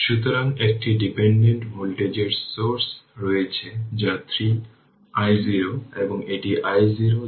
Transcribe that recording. সুতরাং সুইচটি t 0 এ ওপেন হয় এবং t 0 এর জন্য iL1 iL2 এবং iL3 নির্ধারণ করে